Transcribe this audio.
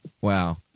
Wow